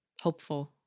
Hopeful